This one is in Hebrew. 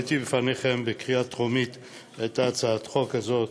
לפני כמה שבועות הבאתי בפניכם לקריאה טרומית את הצעת החוק הזאת,